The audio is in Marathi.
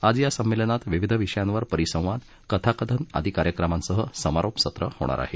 आज या संमेलनात विविध विषयावर परिसंवाद कथाकथन आदी कार्यक्रमांसह समारोप सत्र होणार आहे